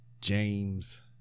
James